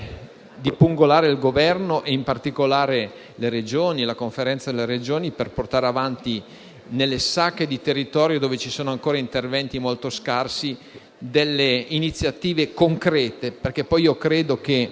di pungolare il Governo e in particolare le Regioni e la Conferenza delle Regioni, per portare avanti, nelle sacche di territorio dove ci sono ancora interventi molto scarsi, delle iniziative concrete. Credo che